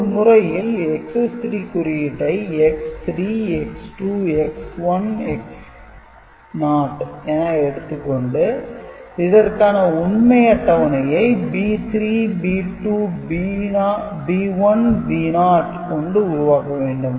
ஒரு முறையில் Excess - 3 குறியீட்டை X3 X2 X1 X0 என எடுத்துக்கொண்டு இதற்கான உண்மை அட்டவணையை B3 B2 B1 B0 கொண்டு உருவாக்க வேண்டும்